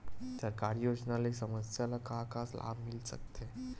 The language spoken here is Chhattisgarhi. सरकारी योजना ले समस्या ल का का लाभ मिल सकते?